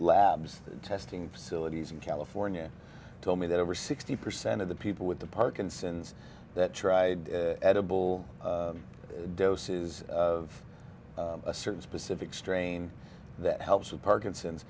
labs testing facilities in california told me that over sixty percent of the people with the parkinson's that tried edible doses of a certain specific strain that helps with parkinson's